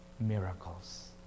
miracles